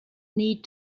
need